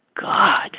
God